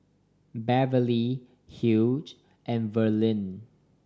Beverlee Hugh and Verlyn